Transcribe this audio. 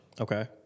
Okay